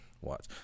watch